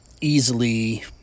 easily